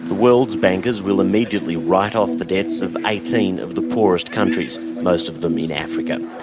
world's bankers will immediately write off the debts of eighteen of the poorest countries, most of them in africa.